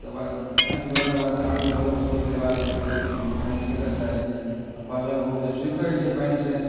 तकर बाद पानि भरलाके बाद आनलहुँ घर सभ परिवारसभके पिएलहुँ पानिके दिक्कत भऽ जाइ छै आओर फसिल बहुत जादा सुखै छै पानिसँ